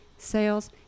sales